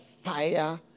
fire